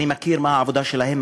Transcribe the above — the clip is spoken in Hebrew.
אני מכיר את העבודה שלהם,